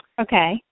Okay